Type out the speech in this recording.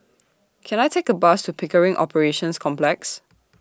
Can I Take A Bus to Pickering Operations Complex